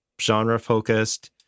genre-focused